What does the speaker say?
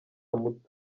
muto